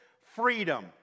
freedom